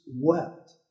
wept